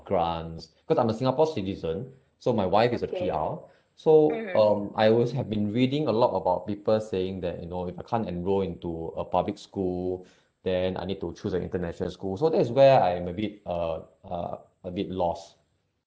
grants because I'm a singapore citizen so my wife is a P_R so um I always have been reading a lot about people saying that you know if I can't enroll into a public school then I need to choose an international school so that is where I'm a bit uh uh a bit lost